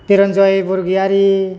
Dhiranjay Borgoyary